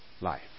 life